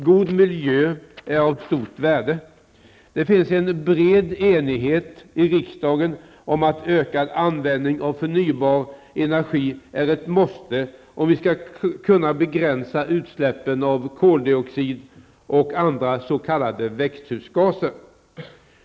God miljö är av stort värde. Det finns en bred enighet i riksdagen om att ökad användning av förnybar energi är ett måste om vi skall kunna begränsa utsläppen av koldioxid och andra s.k. växthusgaser.